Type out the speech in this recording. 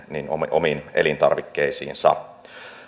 omiin elintarvikkeisiinsa